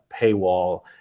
paywall